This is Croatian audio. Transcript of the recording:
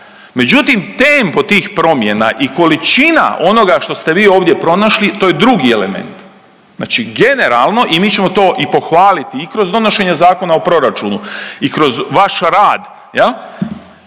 Međutim tempo tih promjena i količina onoga što ste vi ovdje pronašli to je drugi element. Znači generalno i mi ćemo to i pohvaliti i kroz donošenje Zakona o proračunu i kroz vaš rad jel.